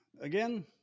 again